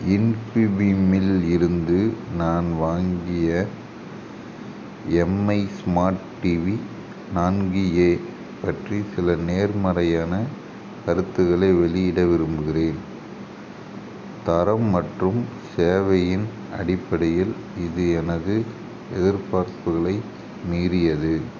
இன்ஃப்யூமிம் இல் இருந்து நான் வாங்கிய எம்ஐ ஸ்மார்ட் டிவி நான்கு ஏ பற்றி சில நேர்மறையான கருத்துகளை வெளியிட விரும்புகிறேன் தரம் மற்றும் சேவையின் அடிப்படையில் இது எனது எதிர்பார்ப்புகளை மீறியது